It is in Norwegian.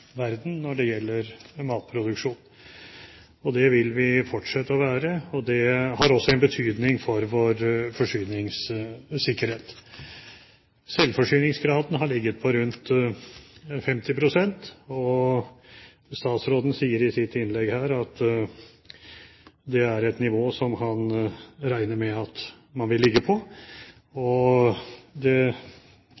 verden når det gjelder matproduksjon. Det vil vi fortsette å være, og det har også en betydning for vår forsyningssikkerhet. Selvforsyningsgraden har ligget på rundt 50 pst., og statsråden sier i sitt innlegg at det er et nivå som han regner med at man vil ligge på.